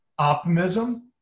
optimism